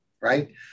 right